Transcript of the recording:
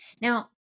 Now